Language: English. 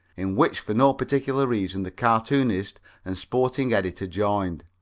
in which for no particular reason the cartoonist and sporting editor joined.